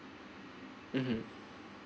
(uh huh)